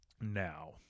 now